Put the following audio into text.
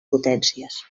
potències